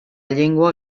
llengua